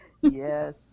yes